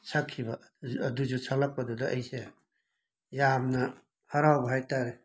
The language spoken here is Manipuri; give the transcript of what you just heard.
ꯁꯛꯈꯤꯕ ꯑꯗꯨꯁꯨ ꯁꯂꯛꯄꯗꯨꯗ ꯑꯩꯁꯦ ꯌꯥꯝꯅ ꯍꯔꯥꯎꯕ ꯍꯥꯏ ꯇꯥꯔꯦ